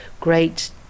great